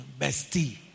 bestie